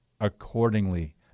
accordingly